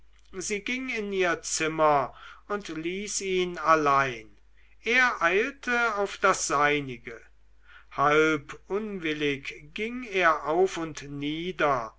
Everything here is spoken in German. sie ging in ihr zimmer und ließ ihn allein er eilte auf das seinige halb unwillig ging er auf und nieder